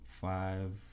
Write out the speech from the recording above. five